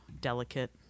delicate